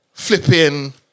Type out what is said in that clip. Flipping